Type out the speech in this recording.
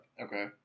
Okay